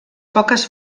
poques